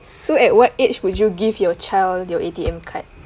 so at what age would you give your child your A_T_M card